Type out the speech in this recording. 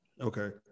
Okay